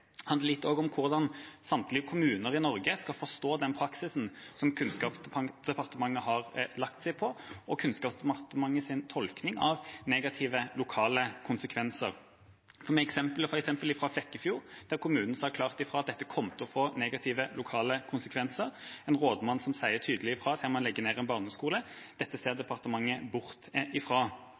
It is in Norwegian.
handler også litt om hvordan samtlige kommuner i Norge skal forstå den praksisen som Kunnskapsdepartementet har lagt seg på, og om Kunnskapsdepartementets tolkning av negative lokale konsekvenser. Ta f.eks. eksempelet fra Flekkefjord, der kommunen sa klart fra om at dette kom til å få negative lokale konsekvenser, med en rådmann som sa tydelig fra om at her måtte man legge ned en barneskole. Dette ser departementet bort